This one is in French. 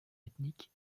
ethnique